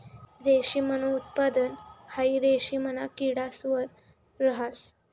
रेशमनं उत्पादन हाई रेशिमना किडास वर रहास